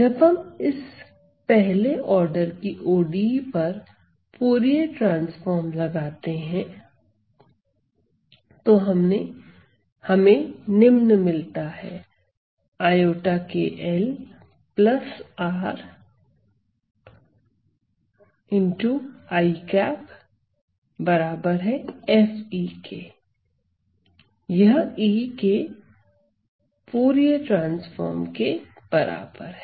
जब हम इस पहले आर्डर की ODE पर फूरिये ट्रांसफार्म लगाते हैं तो हमें निम्न मिलता है यह E के फूरिये ट्रांसफार्म के बराबर है